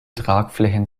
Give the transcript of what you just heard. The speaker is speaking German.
tragflächen